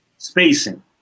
Spacing